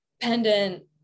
pendant